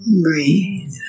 Breathe